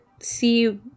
see